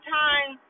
time